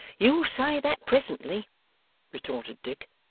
you'll say that presently retorted dick.